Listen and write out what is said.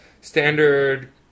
standard